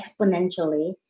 exponentially